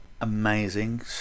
amazing